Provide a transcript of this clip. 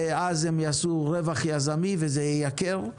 ואז הם יעשו רווח יזמי וזה ייקר,